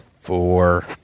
Four